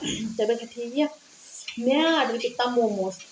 ते इनें आखेआ ठीक ऐ में आर्डर कीता मोमोस